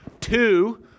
Two